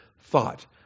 thought